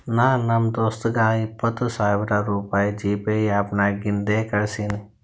ನಾ ನಮ್ ದೋಸ್ತಗ ಇಪ್ಪತ್ ಸಾವಿರ ರುಪಾಯಿ ಜಿಪೇ ಆ್ಯಪ್ ನಾಗಿಂದೆ ಕಳುಸಿನಿ